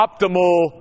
optimal